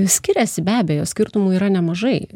skiriasi be abejo skirtumų yra nemažai